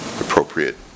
appropriate